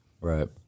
Right